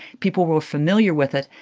people were familiar with it.